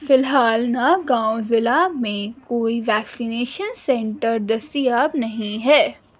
فی الحال ناگاؤں ضلع میں کوئی ویکسینیشن سینٹر دستیاب نہیں ہے